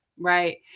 Right